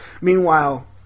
Meanwhile